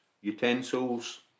utensils